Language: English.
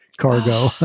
Cargo